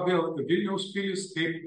vėl vilniaus pilys kaip